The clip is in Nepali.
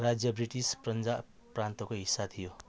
राज्य ब्रिटिस पन्जाब प्रान्तको हिस्सा थियो